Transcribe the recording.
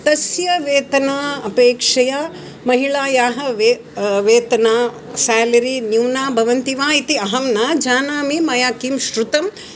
तस्य वेतनापेक्षया महिलायाः वे वेतनं स्यालरि न्यूना भवति वा इति अहं न जानामि मया किं शृतम्